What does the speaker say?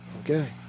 Okay